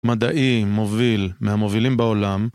מדעי, מוביל, מהמובילים בעולם